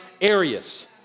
areas